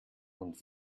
und